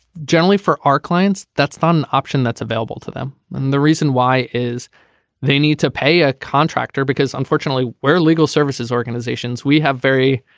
generally for our clients. that's one option that's available to them. and the reason why is they need to pay a contractor because unfortunately where legal services organizations we have very